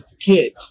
get